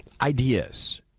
ideas